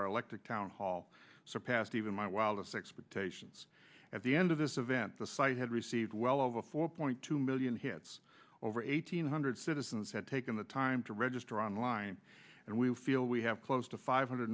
our electric town hall surpassed even my wildest expectations at the end of this event the site had received well over four point two million hits over eight hundred citizens had taken the time to register online and we feel we have close to five hundred